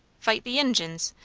fight the injuns,